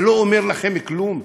זה לא אומר לכם כלום?